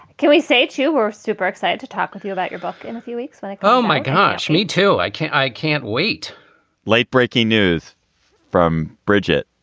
can we say two or super excited to talk with you about your book in a few weeks? but like oh, my gosh. me too. i can't. i can't wait late breaking news from bridget,